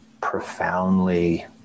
profoundly